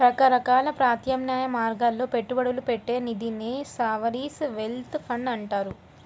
రకరకాల ప్రత్యామ్నాయ మార్గాల్లో పెట్టుబడి పెట్టే నిధినే సావరీన్ వెల్త్ ఫండ్లు అంటారు